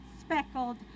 speckled